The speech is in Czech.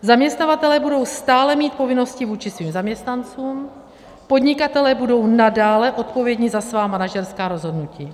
Zaměstnavatelé budou stále mít povinnosti vůči svým zaměstnancům, podnikatelé budou nadále odpovědní za svá manažerská rozhodnutí.